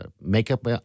makeup